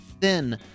thin